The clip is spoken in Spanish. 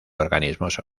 organismos